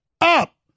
up